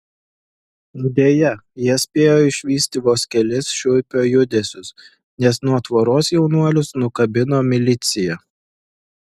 deja jie spėjo išvysti vos kelis šiuipio judesius nes nuo tvoros jaunuolius nukabino milicija